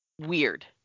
weird